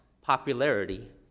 popularity